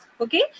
okay